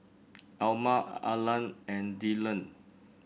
Elma Allan and Dillan